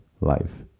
life